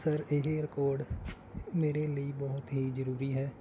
sir ਇਹ record ਮੇਰੇ ਲਈ ਬਹੁਤ ਹੀ ਜ਼ਰੂਰੀ ਹੈ